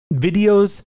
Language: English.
videos